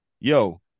yo